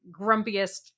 grumpiest